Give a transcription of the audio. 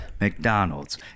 McDonald's